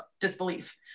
disbelief